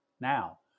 now